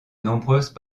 nombreuses